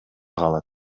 калат